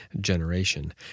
generation